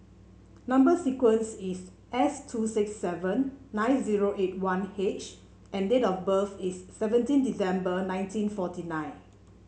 number sequence is S two six seven nine zero eight one H and date of birth is seventeen December nineteen forty nine